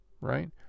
right